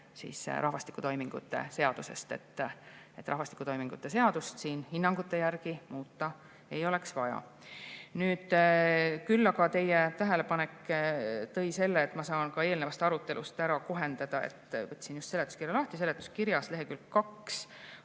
[perekonnaseisu]toimingute seadusest. [Perekonnaseisu]toimingute seadust siin hinnangute järgi muuta ei oleks vaja. Küll aga teie tähelepanek tõi selle, et ma saan eelnevast arutelust ära kohendada, võtsin just seletuskirja lahti. Seletuskirjas leheküljel